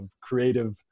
creative